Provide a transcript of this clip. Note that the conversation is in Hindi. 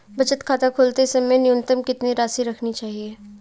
बचत खाता खोलते समय न्यूनतम कितनी राशि रखनी चाहिए?